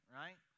right